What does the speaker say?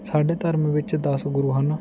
ਸਾਡੇ ਧਰਮ ਵਿੱਚ ਦਸ ਗੁਰੂ ਹਨ